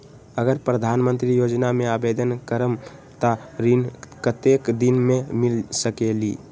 अगर प्रधानमंत्री योजना में आवेदन करम त ऋण कतेक दिन मे मिल सकेली?